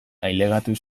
ailegatu